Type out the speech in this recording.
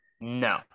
No